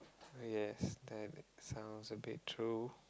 yes that sounds a bit true